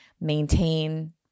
maintain